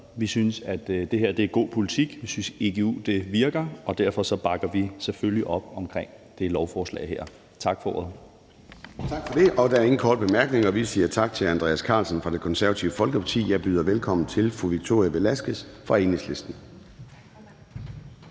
Vi synes, at det her er god politik. Vi synes, at igu virker, og derfor bakker vi selvfølgelig op om det lovforslag her. Tak for ordet.